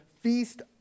Feast